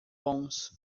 bons